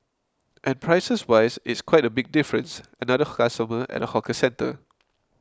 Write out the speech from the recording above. and prices wise it's quite a big difference another customer at a hawker centre